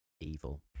evil